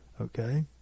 Okay